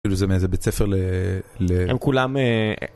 זה מאיזה בית ספר ל... הם כולם...